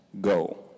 go